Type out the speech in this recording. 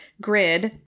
grid